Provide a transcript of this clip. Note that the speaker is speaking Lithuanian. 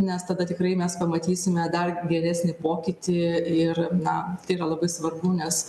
nes tada tikrai mes pamatysime dar geresnį pokytį ir na tai yra labai svarbu nes